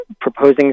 proposing